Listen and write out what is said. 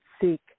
seek